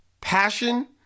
passion